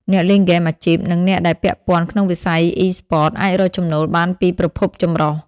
អ្នកលេងហ្គេមអាជីព និងអ្នកដែលពាក់ព័ន្ធក្នុងវិស័យអ៊ីស្ព័ត អាចរកចំណូលបានពីប្រភពចម្រុះ។